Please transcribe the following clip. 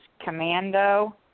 Commando